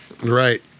Right